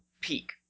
peak